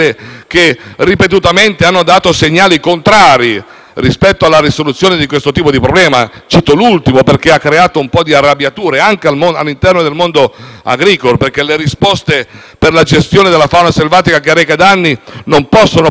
rispetto alla soluzione di questo tipo di problema. Cito l'ultimo caso, che ha creato un po' di arrabbiature anche all'interno del mondo agricolo, perché la risposta per la gestione della fauna selvatica che reca danni non può passare attraverso l'inasprimento delle sanzioni penali